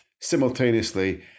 simultaneously